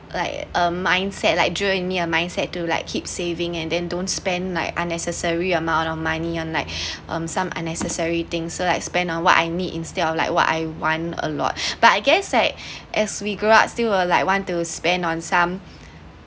like a mindset like drill in me a mindset to like keep saving and then don't spend like unnecessary amount of money on like um some unnecessary things so like spend on what I need instead of like what I want a lot but I guess like as we grew up still uh like want to spend on some